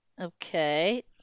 Okay